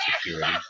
security